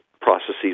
processes